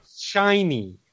shiny